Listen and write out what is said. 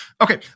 Okay